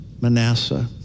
Manasseh